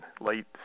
late